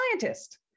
scientist